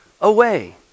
away